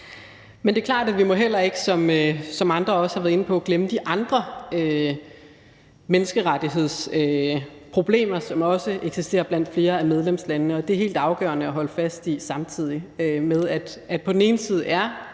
Men det er klart, at vi, som andre også har været inde på, heller ikke må glemme de andre menneskerettighedsproblemer, som også eksisterer blandt flere af medlemslandene. Det er helt afgørende at holde fast i, samtidig med at Ukraine er